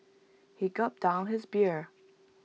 he gulped down his beer